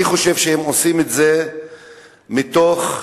אני חושב שהם עושים את זה מתוך מקצועיות,